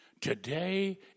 today